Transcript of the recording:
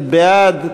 בעד,